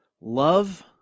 love